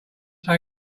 take